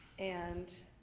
and